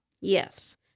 Yes